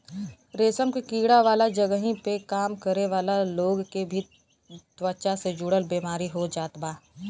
रेशम के कीड़ा वाला जगही पे काम करे वाला लोग के भी त्वचा से जुड़ल बेमारी हो जात बा